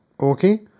Okay